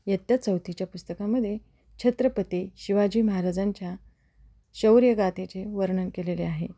इयत्ता चौथीच्या पुस्तकामध्ये छत्रपती शिवाजी महाराजांच्या शौर्यगाथेचे वर्णन केलेले आहे